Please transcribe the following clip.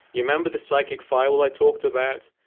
you remember the psychic firewall i talked about?